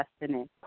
destiny